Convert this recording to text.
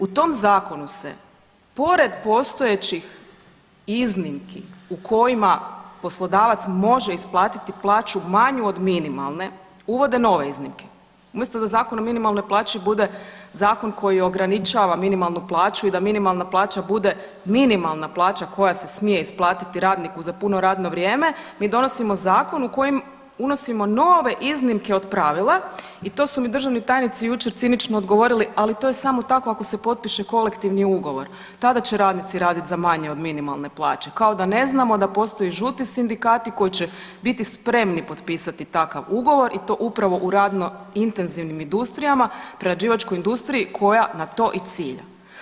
U tom Zakonu se pored postojećih iznimki u kojima poslodavac može isplatiti plaću manju od minimalne, uvode nove iznimke, umjesto da Zakon o minimalnoj plaći bude zakon koji ograničava minimalnu plaću i da minimalna plaća bude minimalna plaća koja se smije isplatiti radniku za puno radno vrijeme, mi donosimo zakon u kojem unosimo nove iznimke od pravila i to su mi državni tajnici jučer cinično odgovorili, a to je samo tako ako se potpiše kolektivni ugovor, tada će radnici raditi za manje od minimalne plaće, kao da ne znamo da postoje žuti sindikati koji će biti spremni potpisati takav ugovor i to upravo u radno intenzivnim industrijama, prerađivačkoj industriji koja na to i cilja.